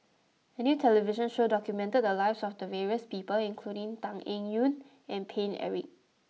a new television show documented the lives of various people including Tan Eng Yoon and Paine Eric